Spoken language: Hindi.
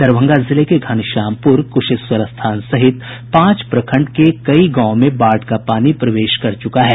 दरभंगा जिले के घनश्यामपुर क्शेश्वरस्थान सहित पांच प्रखंड के कई गांवों में बाढ़ का पानी प्रवेश कर गया है